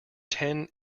ten